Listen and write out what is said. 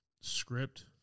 script